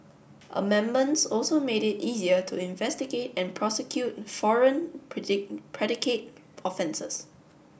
amendments also made it easier to investigate and prosecute foreign predicate offences